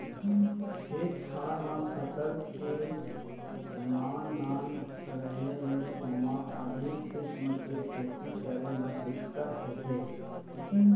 खेत खार म फसल के नान नान रहें ले ओमा आधुनिक किसम के खेती करे म दिक्कत होथे